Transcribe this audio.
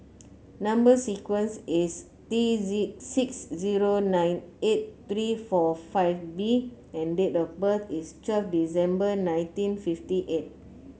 number sequence is T Z six zero nine eight three four five B and date of birth is twelve December nineteen fifty eight